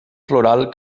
floral